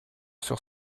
sur